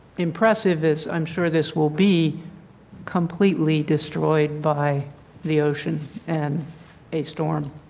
impressive as i am sure this will be completely destroyed by the ocean and a storm,